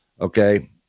okay